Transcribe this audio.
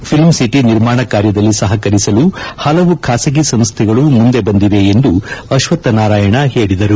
film city ನಿರ್ಮಾಣ ಕಾರ್ಯದಲ್ಲಿ ಸಹಕರಿಸಲು ಹಲವು ಖಾಸಗಿ ಸಂಸ್ಥೆಗಳು ಮುಂದೆ ಬಂದಿವೆ ಎಂದು ಅಶ್ವತ್ಥನಾರಾಯಣ ಹೇಳಿದರು